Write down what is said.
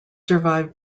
survived